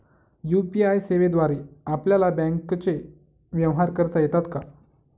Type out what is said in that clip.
UPI सेवेद्वारे आपल्याला बँकचे व्यवहार करता येतात का?